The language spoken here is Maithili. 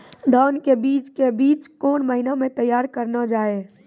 धान के बीज के बीच कौन महीना मैं तैयार करना जाए?